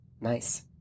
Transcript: Nice